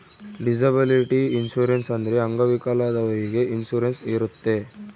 disability insurance ಅಂದ್ರೆ ಅಂಗವಿಕಲದವ್ರಿಗೆ insurance ಇರುತ್ತೆ